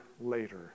later